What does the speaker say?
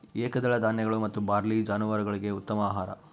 ಏಕದಳ ಧಾನ್ಯಗಳು ಮತ್ತು ಬಾರ್ಲಿ ಜಾನುವಾರುಗುಳ್ಗೆ ಉತ್ತಮ ಆಹಾರ